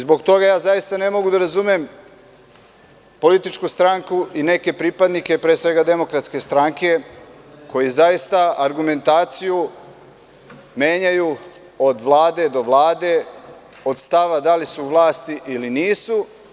Zbog toga zaista ne mogu da razumem političku stranku i neke pripadnike, pre svega DS, koji argumentaciju menjaju od vlade do vlade, od stava da li su u vlasti ili nisu.